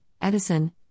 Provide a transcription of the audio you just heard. Edison